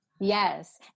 yes